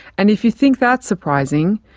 and if you think that's surprising,